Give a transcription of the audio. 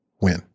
win